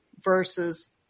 versus